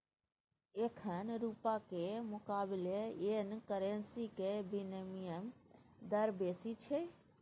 एखन रुपाक मुकाबले येन करेंसीक बिनिमय दर बेसी छै